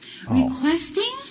Requesting